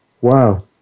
Wow